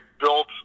built